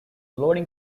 loading